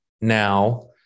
now